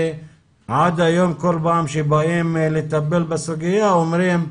עד היום כל פעם שבאים לטפל בסוגיה, אומרים: